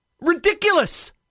Ridiculous